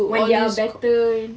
when they are better